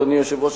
אדוני היושב-ראש,